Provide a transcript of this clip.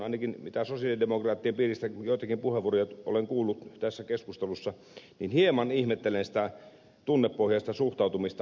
ainakin mitä sosialidemokraattien piiristä joitakin puheenvuoroja olen kuullut tässä keskustelussa niin hieman ihmettelen sitä tunnepohjaista suhtautumista asiaan